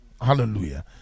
Hallelujah